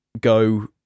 go